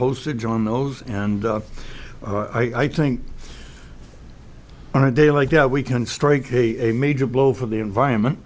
postage on those and i think on a day like that we can strike a major blow for the environment